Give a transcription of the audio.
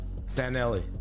Sanelli